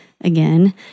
again